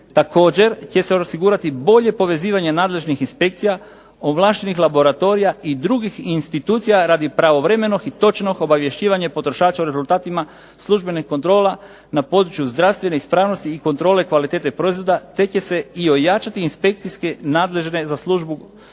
Također će se osigurati bolje povezivanje nadležnih inspekcija, ovlaštenih laboratorija i drugih institucija radi pravovremenog i točnog obavješćivanja potrošača o rezultatima službenih kontrola na području zdravstvene ispravnosti i kontrole kvalitete proizvoda te će se i ojačati inspekcijske nadležne za službu